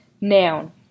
Noun